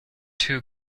two